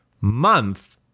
month